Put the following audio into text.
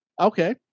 Okay